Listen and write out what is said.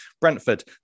Brentford